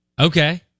Okay